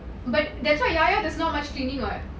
but that's why llao llao there's not much cleaning [what]